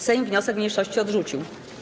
Sejm wniosek mniejszości odrzucił.